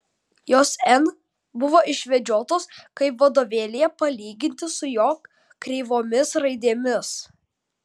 jos n buvo išvedžiotos kaip vadovėlyje palyginti su jo kreivomis raidėmis